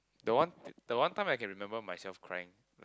the one the one time I can remember myself crying